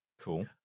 Cool